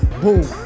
Boom